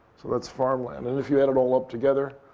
so that's farmland. and if you add it all up together,